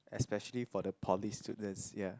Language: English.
especially for the poly students ya